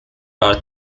are